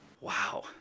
Wow